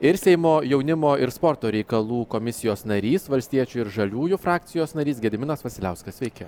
ir seimo jaunimo ir sporto reikalų komisijos narys valstiečių ir žaliųjų frakcijos narys gediminas vasiliauskas sveiki